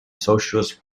socialist